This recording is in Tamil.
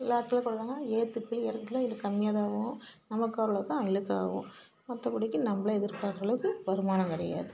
எல்லா ஆட்களும் போடுவாங்க ஏற்றுக்கூலி இறக்குக்கூலி இதில் கம்மியாக தான் ஆகும் நமக்கும் அவ்வளோ தான் அவங்களுக்கும் ஆகும் மற்றப்படிக்கி நம்மளே எதிர்ப்பார்க்கற அளவுக்கு வருமானம் கிடையாது